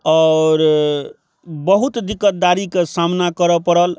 आओर बहुत दिक्कतदारीके सामना करऽ पड़ल